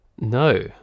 No